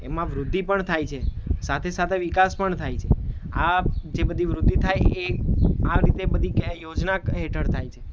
એમાં વૃદ્ધિ પણ થાય છે સાથે સાથે વિકાસ પણ થાય છે આ જે બધી વૃદ્ધિ થાય એ આ રીતે બધી કે યોજના હેઠળ થાય છે